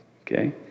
Okay